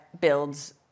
builds